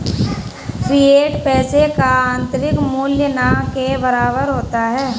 fiat पैसे का आंतरिक मूल्य न के बराबर होता है